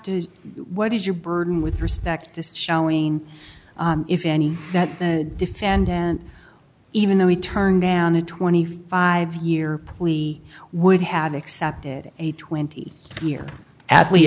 to what is your burden with respect to showing if any that the defendant even though he turned down a twenty five year we would have except a twenty year athlete